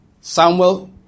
Samuel